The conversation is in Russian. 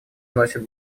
вносит